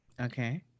Okay